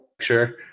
sure